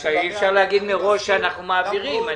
בגלל שאי אפשר להגיד מראש שאנחנו מעבירים.